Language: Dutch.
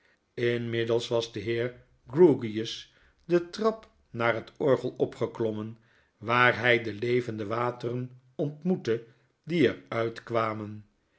inmiddels was de heer grewgious de trap naar het orgel opgeklommen waar hy de levende wateren ontmoette die er uitkwamen